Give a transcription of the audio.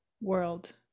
world